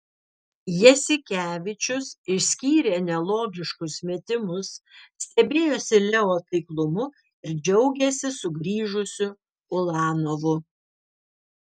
jasikevičius išskyrė nelogiškus metimus stebėjosi leo taiklumu ir džiaugėsi sugrįžusiu ulanovu